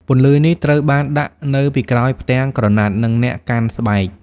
ពន្លឺនេះត្រូវបានដាក់នៅពីក្រោយផ្ទាំងក្រណាត់ និងអ្នកកាន់ស្បែក។